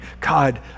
God